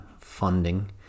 funding